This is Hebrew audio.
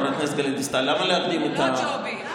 חברת הכנסת גלית דיסטל, למה להקדים, זה לא ג'ובים.